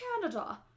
Canada